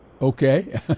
Okay